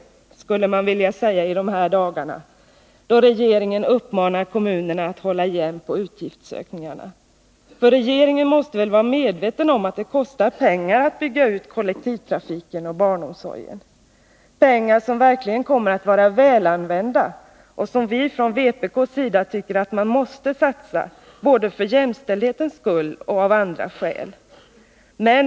Det är en fråga man skulle vilja ställa i dessa dagar, då regeringen uppmanar kommunerna att hålla igen på utgiftsökningarna. Men regeringen måste väl vara medveten om att det kostar pengar att bygga ut kollektivtrafiken och barnomsorgen, pengar som verkligen skulle vara väl använda och som vi från vpk:s sida tycker att man måste satsa, både för jämställdhetens skull och av andra skäl.